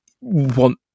want